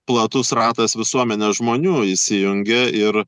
platus ratas visuomenės žmonių įsijungė ir